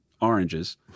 oranges